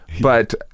But-